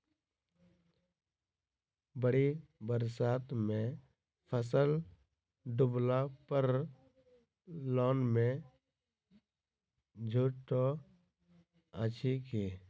बाढ़ि बरसातमे फसल डुबला पर लोनमे छुटो अछि की